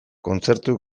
kontzertu